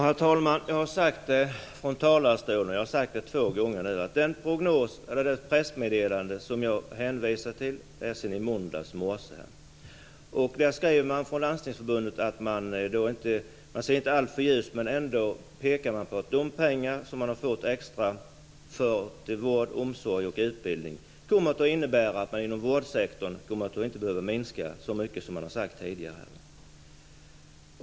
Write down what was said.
Herr talman! Jag har sagt två gånger nu från talarstolen att den prognos, eller det pressmeddelande, som jag hänvisar till är från i måndags morse. Där skriver man från Landstingsförbundet att man inte ser alltför ljust på framtiden. Men man pekar ändå på att de extra pengar man har fått för vård, omsorg och utbildning kommer att innebära att man inom vårdsektorn inte kommer att behöva minska så mycket som man har sagt tidigare.